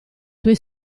tuoi